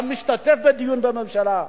גם משתתף בדיון בממשלה?